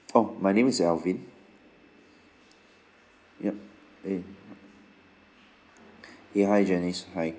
oh my name is alvin yup eh eh hi janice hi